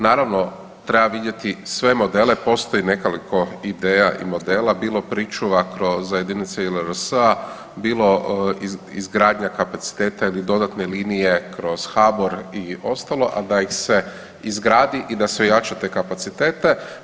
Naravno, treba vidjeti sve modele, postoji nekoliko ideja i modela, bilo pričuva za jedinice JLRS-a, bilo izgradnja kapaciteta ili dodatne linije kroz HABOR i ostalo, a da ih se izgradi i da se ojača te kapacitete.